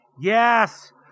Yes